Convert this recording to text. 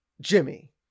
Jimmy